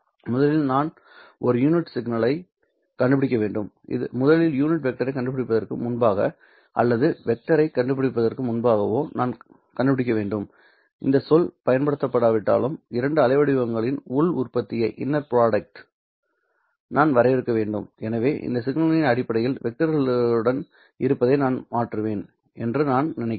முதலில் நான் ஒரு யூனிட் சிக்னலைக் கண்டுபிடிக்க வேண்டும் முதலில் யூனிட் வெக்டரைக் கண்டுபிடிப்பதற்கு முன்பாகவோ அல்லது வெக்டரைக் கண்டுபிடிப்பதற்கு முன்பாகவோ நான் கண்டுபிடிக்க வேண்டும் இந்த சொல் பயன்படுத்தப்படாவிட்டாலும் இரண்டு அலைவடிவங்களின் உள் உற்பத்தியை நான் வரையறுக்க வேண்டும் எனவே இந்த சிக்னல்களின் அடிப்படையில் வெக்டர்களுடன் இருந்ததை நான் மாற்றுவேன் என்று நான் நினைக்கிறேன்